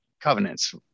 covenants